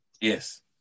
Yes